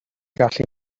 gallu